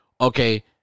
okay